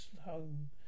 home